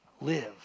live